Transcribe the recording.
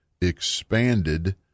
expanded